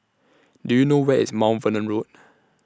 Do YOU know Where IS Mount Vernon Road